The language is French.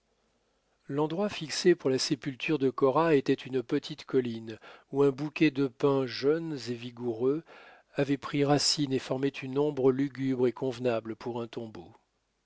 l'endroit fixé pour la sépulture de cora était une petite colline où un bouquet de pins jeunes et vigoureux avait pris racine et formait une ombre lugubre et convenable pour un tombeau